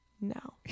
no